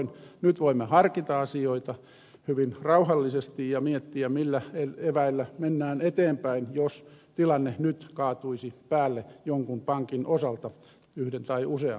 nyt voimme harkita asioita hyvin rauhallisesti ja miettiä millä eväillä mennään eteenpäin jos tilanne nyt kaatuisi päälle jonkun pankin osalta yhden tai useamman